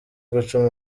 guca